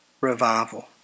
revival